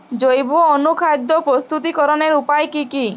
জৈব অনুখাদ্য প্রস্তুতিকরনের উপায় কী কী?